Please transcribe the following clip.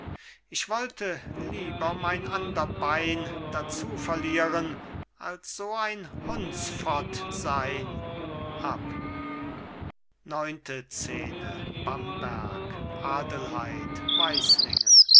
ich wollte lieber mein ander bein dazu verlieren als so ein hundsfott sein